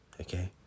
okay